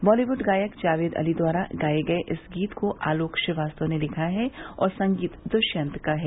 बॉलीवुड गायक जावेद अली द्वारा गाये गये इस गीत को आलोक श्रीवास्तव ने लिखा है और संगीत दुष्यंत का है